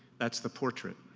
that's the portrait.